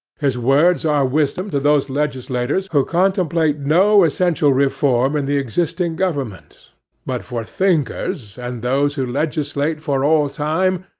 his words are wisdom to those legislators who contemplate no essential reform in the existing government but for thinkers, and those who legislate for all time,